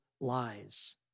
Lies